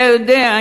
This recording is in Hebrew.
אתה יודע?